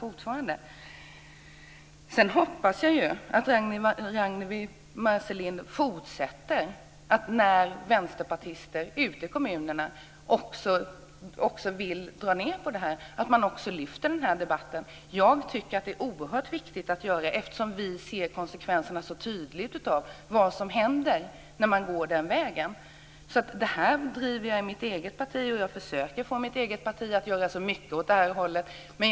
Sedan hoppas jag att Ragnwi Marcelind fortsätter att lyfta fram den här debatten när vänsterpartister ute i kommunerna vill dra ned på detta. Jag tycker att det är oerhört viktigt att göra det eftersom vi i dag så tydligt kan se konsekvenserna av att gå den vägen. Jag driver detta i mitt eget parti. Jag försöker att få mitt eget parti att göra så mycket som möjligt här.